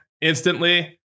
instantly